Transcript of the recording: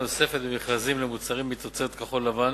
נוספת במכרזים למוצרים מתוצרת כחול-לבן